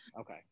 Okay